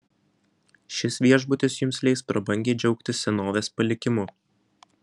šis viešbutis jums leis prabangiai džiaugtis senovės palikimu